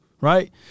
right